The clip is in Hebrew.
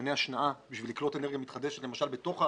מתקני השנעה כדי לקלוט אנרגיה מתחדשת למשל בתוך הערים.